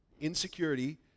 Insecurity